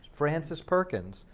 frances perkins,